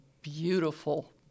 beautiful